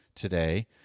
today